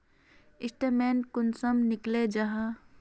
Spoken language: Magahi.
स्टेटमेंट कुंसम निकले जाहा?